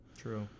True